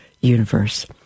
universe